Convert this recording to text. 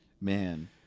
Man